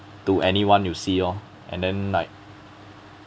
to anyone you see lor and then like